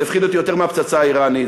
זה הפחיד אותי יותר מהפצצה האיראנית,